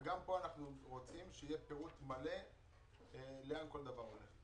גם פה אנחנו רוצים שיהיה פירוט מלא לאן כל דבר הולך.